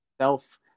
self